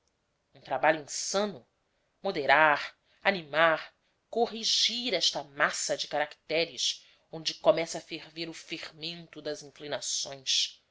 um trabalho insano moderar animar corrigir esta massa de caracteres onde começa a ferver o fermento das inclinações